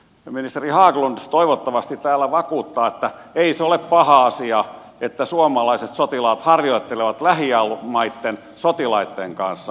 ministeri haglund toivottavasti täällä vakuuttaa että ei se ole paha asia että suomalaiset sotilaat harjoittelevat lähimaitten sotilaitten kanssa